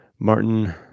Martin